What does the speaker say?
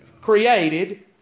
created